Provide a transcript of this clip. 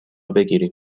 بگیریم